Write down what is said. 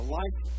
life